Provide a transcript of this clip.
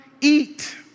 eat